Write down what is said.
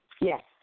Yes